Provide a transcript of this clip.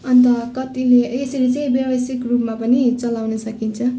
अन्त कतिले यसरी चाहिँ व्यवसायिक रूपमा पनि चलाउन सकिन्छ